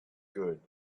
good